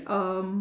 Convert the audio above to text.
um